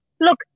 Look